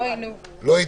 הצבעה הרוויזיה לא אושרה.